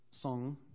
song